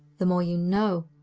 the more you know,